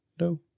No